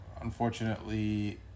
Unfortunately